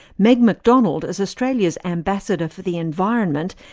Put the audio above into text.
meg mcdonald, as australia's ambassador for the environment,